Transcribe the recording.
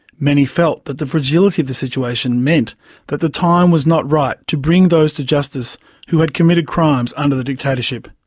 many felt that the fragility of the situation meant that the time was not right to bring those to justice who had committed crimes under the dictatorship.